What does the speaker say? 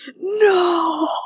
No